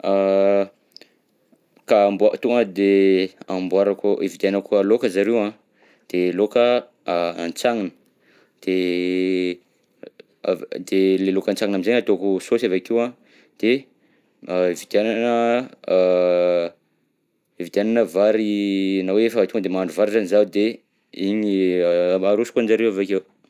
Ka mbô, tonga de amboarako, ividianako lôka zareo an, de lôka antsagnina, de de le lôka antsagnina amizay ataoko saosy avy akeo an, de mba ividianana ividianana vary na hoe efa tonga de mahandro vary zany zaho de igny mba arosoko anjareo avy akeo.